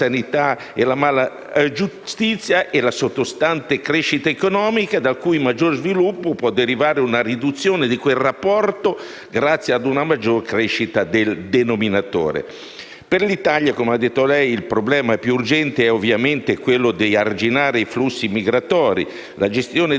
grazie a una maggior crescita del denominatore. Per l'Italia - come ha detto lei - il problema più urgente è ovviamente quello di arginare i flussi migratori: «La gestione dei flussi di migranti e richiedenti asilo verso i Paesi dell'Unione» - come è scritto nella premessa del DEF 2017